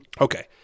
Okay